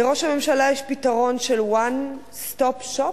לראש הממשלה יש פתרון של One Stop Shop,